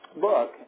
book